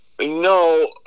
No